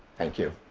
thank you.